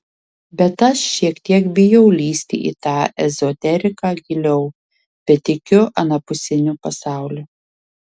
bet aš šiek tiek bijau lįsti į tą ezoteriką giliau bet tikiu anapusiniu pasauliu